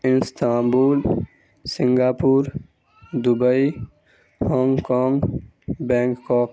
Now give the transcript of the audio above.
Istanbul Singapore Dubai Hong Kong Bangkok